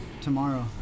Tomorrow